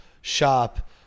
shop